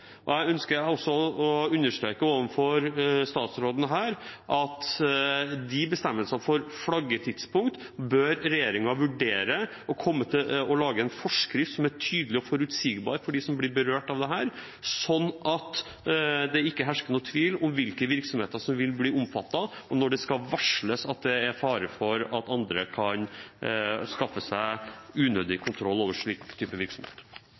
flagging. Jeg ønsker også å understreke overfor statsråden at regjeringen bør vurdere bestemmelsene for flaggetidspunkt og lage en forskrift som er tydelig og forutsigbar for dem som blir berørt, slik at det ikke hersker noen tvil om hvilke virksomheter som vil bli omfattet, og om når det skal varsles om at det er fare for at andre kan skaffe seg unødig kontroll over slik type virksomhet.